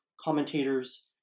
commentators